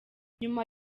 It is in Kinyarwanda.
nyuma